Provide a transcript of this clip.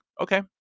okay